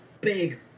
big